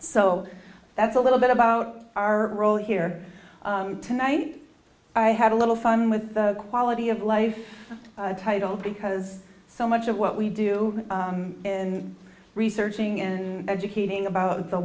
so that's a little bit about our role here tonight i had a little fun with the quality of life title because so much of what we do in researching and educating about the